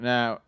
Now